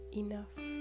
enough